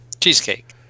cheesecake